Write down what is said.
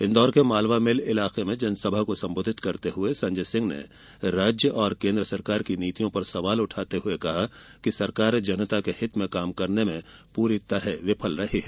इन्दौर के मालवा मिल इलाके में जनसभा को संबोधित करते संजय सिंह ने राज्य और केन्द्र सरकार की नीतियों पर सवाल उठाते हुए कहा कि सरकार जनता के हित में काम करने में पूरी तरह विफल रही है